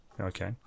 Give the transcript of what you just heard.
Okay